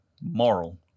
moral